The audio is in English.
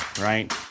right